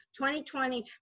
2020